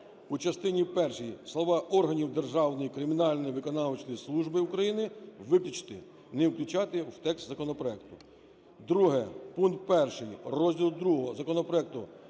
у частині першій слова "органів Державної кримінальної виконавчої служби України" виключити, не включати в текст законопроекту. Друге. Пункт 1 розділу ІІ законопроекту